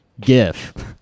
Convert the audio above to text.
GIF